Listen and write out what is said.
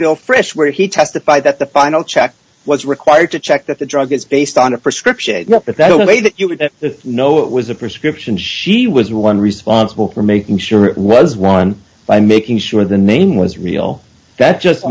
bill frist where he testified that the final check was required to check that the drug is based on a prescription not that that way that you would know it was a prescription she was one responsible for making sure it was won by making sure the name was real that just